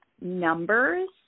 numbers